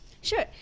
Sure